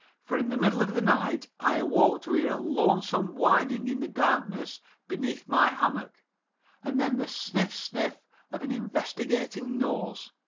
for in the middle of the night i awoke to hear a lonesome whining in the darkness beneath my hammock and then the sniff, sniff of an investigating nose.